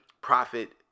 profit